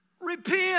Repent